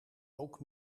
ook